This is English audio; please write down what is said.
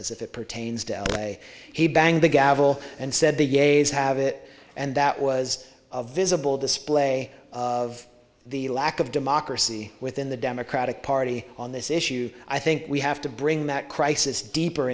if it pertains to the way he banged the gavel and said the gays have it and that was a visible display of the lack of democracy within the democratic party on this issue i think we have to bring that crisis deeper